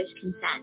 consent